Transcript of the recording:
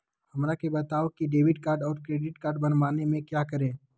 हमरा के बताओ की डेबिट कार्ड और क्रेडिट कार्ड बनवाने में क्या करें?